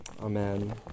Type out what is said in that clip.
Amen